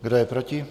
Kdo je proti?